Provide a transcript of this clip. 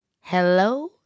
Hello